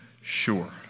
sure